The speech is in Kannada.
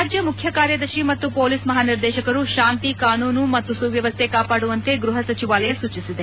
ರಾಜ್ಯ ಮುಖ್ಯ ಕಾರ್ಯದರ್ಶಿ ಮತ್ತು ಪೊಲೀಸ್ ಮಹಾನಿರ್ದೇಶಕರು ಶಾಂತಿ ಕಾನೂನು ಮತ್ತು ಸುವ್ಯವಸ್ಥೆ ಕಾಪಾಡುವಂತೆ ಗೃಹ ಸಚಿವಾಲಯ ಸೂಚಿಸಿದೆ